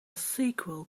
sequel